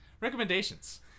recommendations